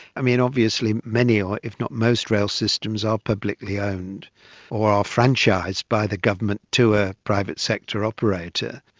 um and obviously many or if not most rail systems are publicly owned or are franchised by the government to a private sector operator.